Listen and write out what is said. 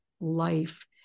life